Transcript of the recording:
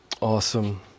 awesome